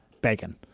Bacon